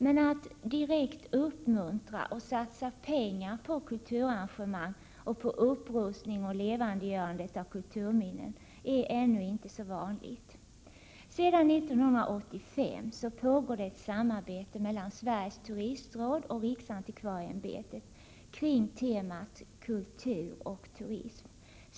Men att direkt uppmuntra och satsa pengar på kulturarrangemang och på upprustning och levandegörande av kulturminnen är ännu inte så vanligt. Sedan 1985 pågår ett samarbete mellan Sveriges turistråd och riksantikvarieämbetet kring temat kultur och turism.